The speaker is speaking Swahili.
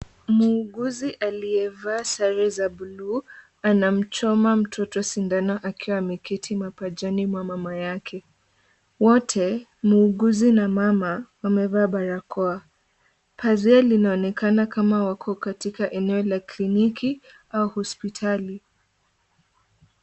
Muuguzi aliyevaa sare za bluu anamchoma mtoto sindano akiwa ameketi mapajani mwa mama yake. Wote, muuguzi na mama wamevaa barakoa. Pazia linaonekana kama wako katika eneo la kliniki au hospitali.